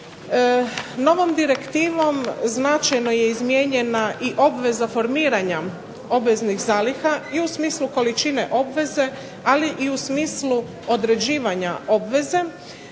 Novom direktivom značajno je izmijenjena i obveza formiranja obveznih zaliha i u smislu količine obveze ali i u smislu određivanja obveze.